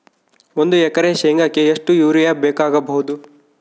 ಒಂದು ಎಕರೆ ಶೆಂಗಕ್ಕೆ ಎಷ್ಟು ಯೂರಿಯಾ ಬೇಕಾಗಬಹುದು?